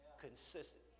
consistent